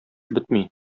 бетми